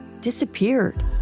disappeared